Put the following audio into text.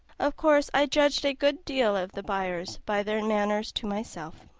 of course i judged a good deal of the buyers by their manners to myself.